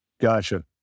Gotcha